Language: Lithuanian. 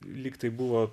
lyg tai buvo